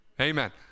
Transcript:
amen